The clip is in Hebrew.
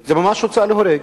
זאת ממש הוצאה להורג,